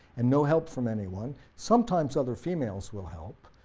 and no help from anyone, sometimes other females will help,